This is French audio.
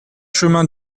chemin